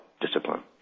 discipline